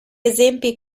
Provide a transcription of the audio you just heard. esempi